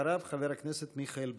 אחריו, חבר הכנסת מיכאל ביטון.